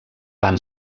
van